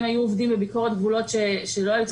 אם היו עובדים בביקורת גבולות שלא היו צריכים